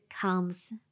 comes